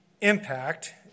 impact